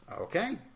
Okay